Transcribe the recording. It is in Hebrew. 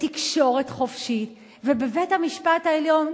בתקשורת חופשית ובבית-המשפט העליון.